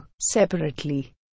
Separately